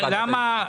אנחנו